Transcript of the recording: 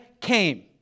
came